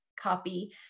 copy